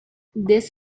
this